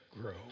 grow